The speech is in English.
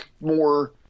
more